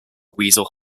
weasel